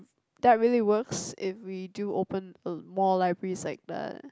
that really works if we do open uh more libraries like that